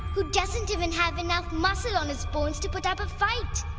who doesn't even have enough muscle on his bones to put up a fight?